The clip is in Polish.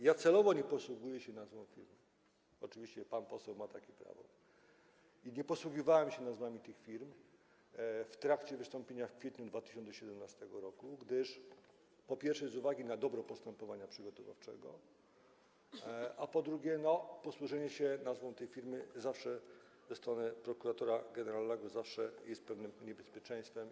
Ja celowo nie posługuję się nazwami firm, oczywiście pan poseł ma takie prawo, i nie posługiwałem się nazwami tych firm w trakcie wystąpienia w kwietniu 2017 r., po pierwsze, z uwagi na dobro postępowania przygotowawczego, a po drugie, posłużenie się nazwą tej firmy przez prokuratora generalnego zawsze jest pewnym niebezpieczeństwem.